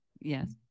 Yes